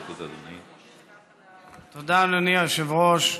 תודה, גברתי.